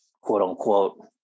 quote-unquote